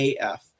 AF